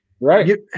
Right